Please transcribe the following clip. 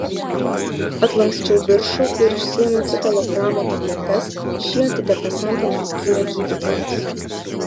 atlanksčiau viršų ir išsiėmiau citalopramo tabletes šį antidepresantą man skyrė gydytojas